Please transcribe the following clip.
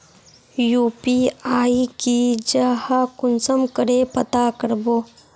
UPI की जाहा कुंसम करे पता करबो?